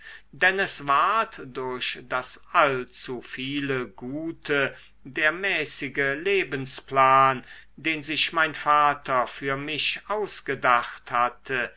es ward durch das allzu viele gute der mäßige lebensplan den sich mein vater für mich ausgedacht hatte